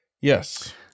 Yes